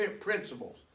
principles